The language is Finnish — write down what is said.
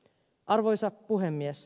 arvoisa puhemies